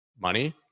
money